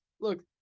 Look